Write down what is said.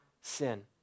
sin